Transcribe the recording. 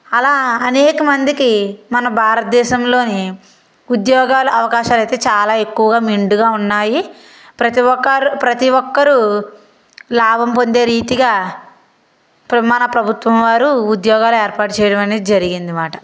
అలా అనేకమందికి మన భారత దేశంలోని ఉద్యోగాలు అవకాశాలైతే చాలా ఎక్కువగా మెండుగా ఉన్నాయి ప్రతి ఒకారు ప్రతి ఒక్కరు లాభం పొందే రీతిగా ప్రమాణ ప్రభుత్వం వారు ఉద్యోగాలు ఏర్పాటు చేయడం అనేది జరిగిందిమాట